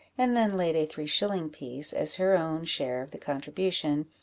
and then laid a three-shilling piece, as her own share of the contribution,